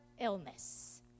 illness